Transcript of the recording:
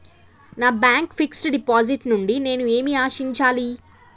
నా bank fixed deposit నుండి నేను ఏమి ఆశించాలి?